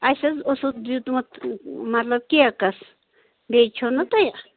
اسہِ حَظ اوسوٕ دِتمُت مطلب کیکس بیٚیہِ چھُو نہ تۄہہِ